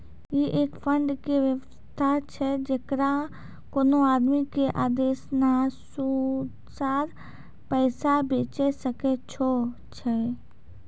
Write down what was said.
ई एक फंड के वयवस्था छै जैकरा कोनो आदमी के आदेशानुसार पैसा भेजै सकै छौ छै?